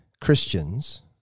Christians—